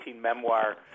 memoir